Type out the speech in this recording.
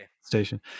station